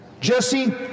Jesse